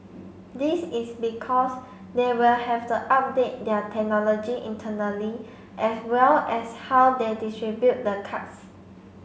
this is because they will have to update their technology internally as well as how they distribute the cards